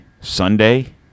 Sunday